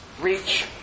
reach